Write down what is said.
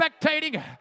spectating